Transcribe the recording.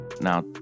Now